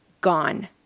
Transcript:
gone